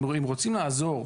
אם רוצים לעזור,